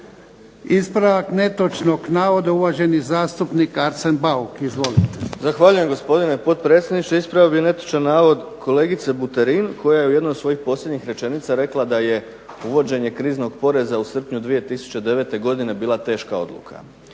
Ispravak netočnog navoda, uvaženi zastupnik Arsen Bauk. Izvolite. **Bauk, Arsen (SDP)** Zahvaljujem, gospodine potpredsjedniče. Ispravio bih netočan navod kolegice Buterin koja je u jednoj od svojih posljednjih rečenica rekla da je uvođenje kriznog poreza u srpnju 2009. godine bila teška odluka.